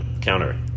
counter